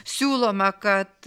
siūloma kad